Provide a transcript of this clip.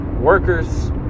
Workers